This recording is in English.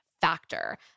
factor